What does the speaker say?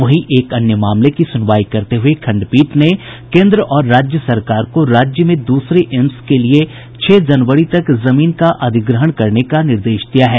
वहीं एक अन्य मामले की सुनवाई करते हुए खंडपीठ ने केन्द्र और राज्य सरकार को राज्य में दूसरे एम्स के लिए छह जनवरी तक जमीन का अधिग्रहण करने का निर्देश दिया है